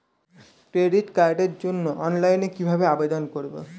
Credit কার্ডের জন্য অফলাইনে কিভাবে আবেদন করব?